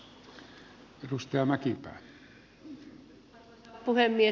arvoisa puhemies